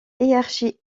hiérarchie